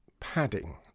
padding